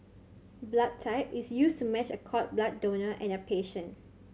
blood type is used to match a cord blood donor and a patient